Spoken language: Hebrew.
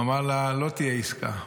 הוא אמר לה: לא תהיה עסקה,